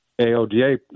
AODA